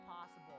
possible